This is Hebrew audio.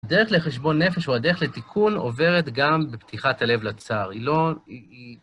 הדרך לחשבון נפש או הדרך לתיקון עוברת גם בפתיחת הלב לצער. היא לא...